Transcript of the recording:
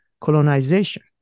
colonization